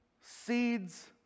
seeds